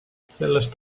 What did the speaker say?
sellest